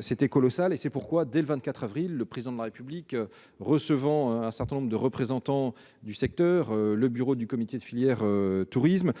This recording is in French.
C'est colossal ! C'est pourquoi, dès le 24 avril, le Président de la République, recevant un certain nombre de représentants du secteur, notamment le bureau du comité de filière tourisme,